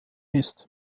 ist